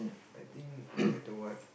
I think no matter what